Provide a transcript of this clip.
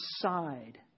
decide